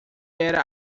era